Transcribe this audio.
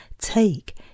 Take